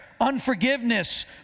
unforgiveness